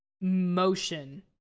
motion